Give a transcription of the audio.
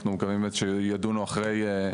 אנחנו מקווים באמת שידונו אחרי,